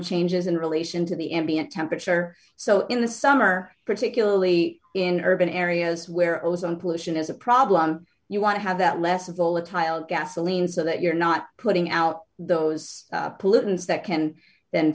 changes in relation to the ambient temperature so in the summer particularly in urban areas where ozone pollution is a problem you want to have that less volatile gasoline so that you're not putting out those pollutants that can then